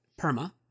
PERMA